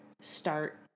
start